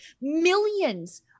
millions